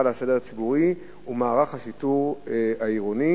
על הסדר הציבורי ומערך השיטור העירוני.